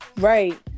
right